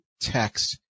text